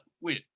Wait